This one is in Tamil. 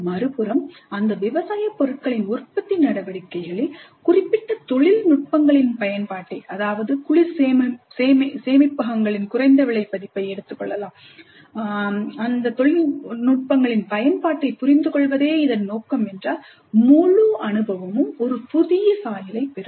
மறுபுறம் அந்த விவசாயப் பொருட்களின் உற்பத்தி நடவடிக்கைகளில் குறிப்பிட்ட தொழில்நுட்பங்களின் பயன்பாட்டை குளிர் சேமிப்பகங்களின் குறைந்த விலை பதிப்பைக் எடுத்துக்கொள்ளுங்கள் புரிந்துகொள்வதே இதன் நோக்கம் என்றால் முழு அனுபவமும் ஒரு புதிய சாயலைப் பெறும்